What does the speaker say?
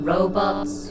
Robots